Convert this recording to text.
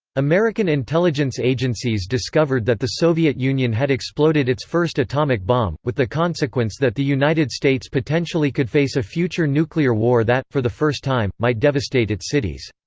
american intelligence agencies discovered that the soviet union had exploded its first atomic bomb, with the consequence that the united states potentially could face a future nuclear war that, for the first time, might devastate its cities.